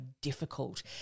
difficult